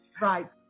Right